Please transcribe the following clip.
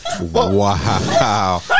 Wow